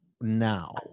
Now